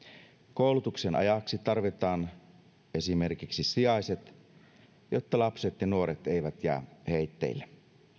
koulutuksen ajaksi tarvitaan esimerkiksi sijaiset jotta lapset ja nuoret eivät jää heitteille